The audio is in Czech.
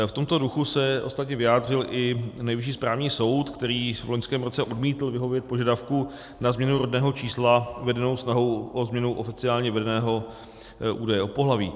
V tomto duchu se ostatně vyjádřil i Nejvyšší správní soud, který v loňském roce odmítl vyhovět požadavku na změnu rodného čísla vedenou snahou o změnu oficiálně vedeného údaje o pohlaví.